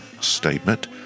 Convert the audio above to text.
statement